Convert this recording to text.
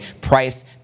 price